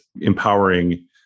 empowering